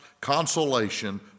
consolation